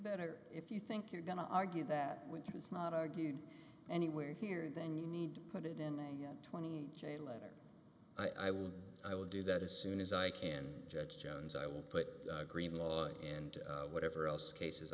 better if you think you're going to argue that when it's not argued anywhere here and then you need to put it in the twenty chain letter i will i will do that as soon as i can judge jones i will put green law and whatever else cases